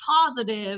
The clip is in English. positive